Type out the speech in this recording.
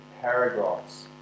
paragraphs